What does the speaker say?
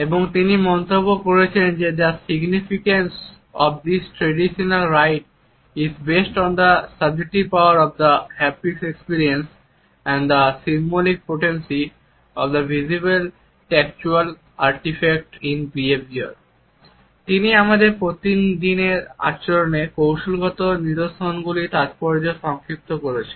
এবং তিনি মন্তব্য করেছেন যে "the significance of this traditional right is based on the subjective power of the haptic experience and the symbolic potency of the visible tactual artifact in behavior" তিনি আমাদের প্রতিদিনের আচরণে কৌশলগত নিদর্শনগুলির তাত্পর্যকে সংক্ষিপ্ত করেছেন